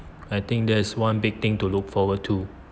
I think that's one big thing to look forward to